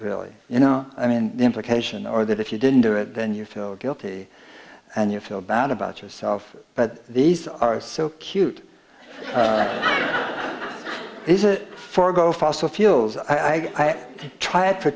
really you know i mean the implication or that if you didn't do it then you feel guilty and you feel bad about yourself but these are so cute is that for go fossil fuels i try it for